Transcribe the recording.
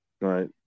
Right